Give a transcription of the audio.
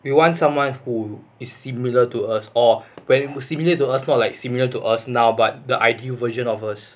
we want someone who is similar to us or when similar to us not like similar to us now but the ideal version of us